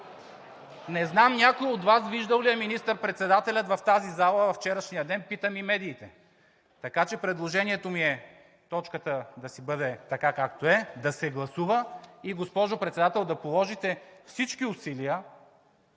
Не знам някой от Вас виждал ли е министър-председателя в тази зала във вчерашния ден? Питам и медиите. Така че предложението ми е точката да си бъде така, както е – да се гласува, и, госпожо Председател, да положите всички усилия